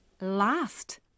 last